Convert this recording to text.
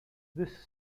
this